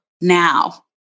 now